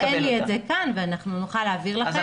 אין לי את זה כאן אבל נוכל להעביר לכם.